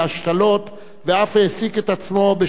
ואף העסיק את עצמו בשאלות סביבתיות.